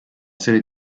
serie